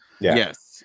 Yes